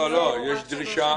לא,